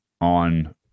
on